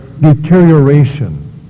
deterioration